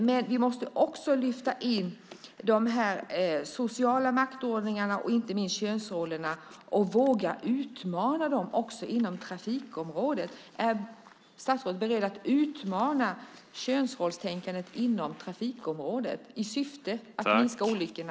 Men vi måste lyfta in de sociala maktordningarna, inte minst könsrollerna, och våga utmana dem också inom trafikområdet. Är statsrådet beredd att utmana könsrollstänkandet inom trafikområdet i syfte att minska olyckorna?